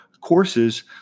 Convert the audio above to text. courses